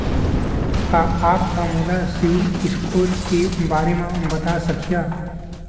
का आप हा मोला सिविल स्कोर के बारे मा बता सकिहा?